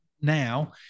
now